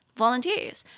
volunteers